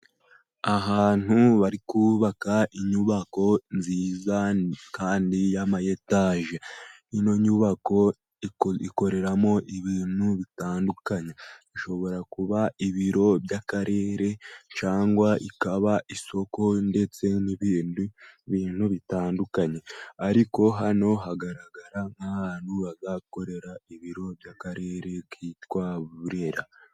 Ahantu bari kubaka inyubako nziza kandi y'amayetaje. Ino nyubako ikoreramo ibintu bitandukanye, ishobora kuba ibiro by'akarere cyangwa ikaba isoko ndetse n'ibindi bintu bitandukanye, ariko hano hagaragara nk'ahantu hazakorera ibiro by'akarere kitwa Burera